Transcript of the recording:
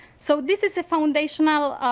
so this is a foundational